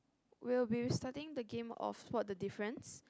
we'll be starting the game of spot the difference